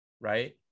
right